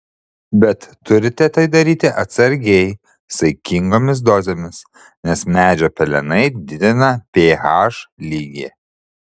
bet turite tai daryti atsargiai saikingomis dozėmis nes medžio pelenai didina ph lygį